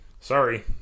sorry